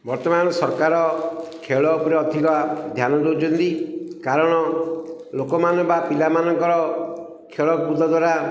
ବର୍ତ୍ତମାନ ସରକାର ଖେଳ ଉପରେ ଅଧିକ ଧ୍ୟାନ ଦେଉଛନ୍ତି କାରଣ ଲୋକମାନେ ବା ପିଲାମାନଙ୍କର ଖେଳକୁଦ ଦ୍ୱାରା